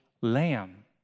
lamb